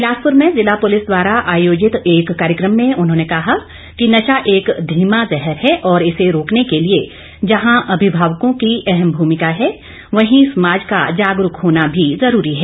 बिलासपुर में जिला पुलिस द्वारा आयोजित एक कार्यक्रम में उन्होंने कहा कि नशा एक धीमा जहर है और इसे रोकने के लिए जहां अभिभावकों की अहम भूमिका है वहीं समाज का जागरूक होना भी जरूरी है